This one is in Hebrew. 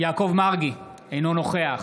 יעקב מרגי, אינו נוכח